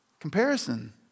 Comparison